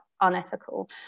unethical